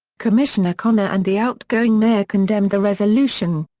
commissioner connor and the outgoing mayor condemned the resolution.